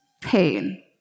Pain